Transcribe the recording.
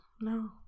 No